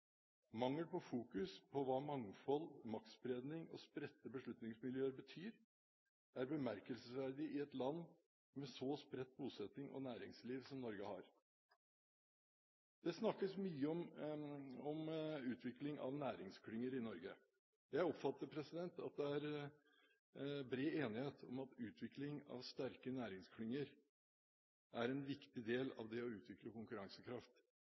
Mangel på fokus på hva mangfold, maktspredning og spredte beslutningsmiljøer betyr er bemerkelsesverdig i et land med så spredt bosetting og næringsliv som Norge har. Det snakkes mye om utvikling av næringsklynger i Norge. Jeg oppfatter at det er bred enighet om at utvikling av sterke næringsklynger er en viktig del av det å utvikle konkurransekraft